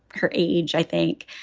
her age, i think.